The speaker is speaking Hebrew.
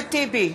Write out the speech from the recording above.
אחמד טיבי,